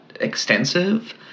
extensive